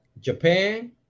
Japan